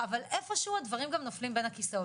אבל איפה שהוא הדברים גם נופלים בין הכסאות,